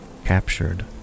captured